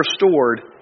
restored